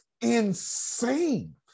insane